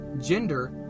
gender